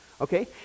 okay